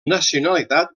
nacionalitat